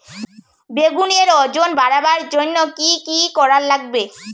বেগুনের ওজন বাড়াবার জইন্যে কি কি করা লাগবে?